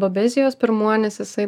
babezijos pirmuonis jisai